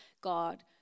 God